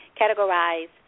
categorize